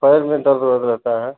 पैर में दर्द वह रहता है